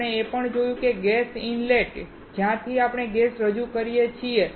આપણે એ પણ જોયું કે ગેસ ઇનલેટ જ્યાંથી આપણે ગેસ રજૂ કરી શકીએ